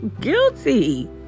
guilty